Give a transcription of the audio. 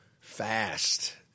fast